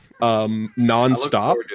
nonstop